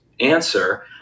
answer